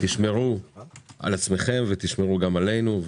תשמרו על עצמכם וגם עלינו.